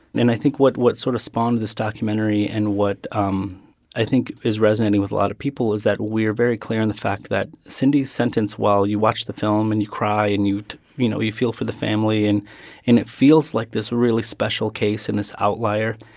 and i think what what sort of spawned this documentary and what um i think is resonating with a lot of people is that we're very clear on the fact that cindy's sentence, while you watch the film and you cry and, you you know, you feel for the family, and and it feels like this really special case and this outlier,